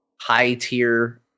high-tier